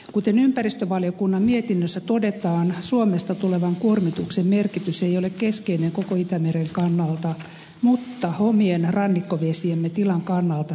kuten ympäristövaliokunnan mietinnössä todetaan suomesta tulevan kuormituksen merkitys ei ole keskeinen koko itämeren kannalta mutta omien rannikkovesiemme tilan kannalta se on ratkaiseva